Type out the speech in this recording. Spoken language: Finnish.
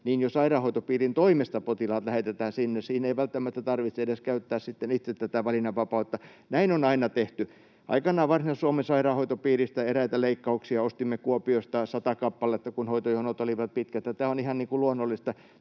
niin jo sairaanhoitopiirin toimesta potilaat lähetetään sinne. Siinä ei välttämättä tarvitse edes käyttää sitten itse tätä valinnanvapautta. Näin on aina tehty. Aikanaan Varsinais-Suomen sairaanhoitopiiristä eräitä leikkauksia ostimme Kuopiosta sata kappaletta, kun hoitojonot olivat pitkät, ja tämä on ihan luonnollista